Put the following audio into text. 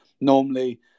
Normally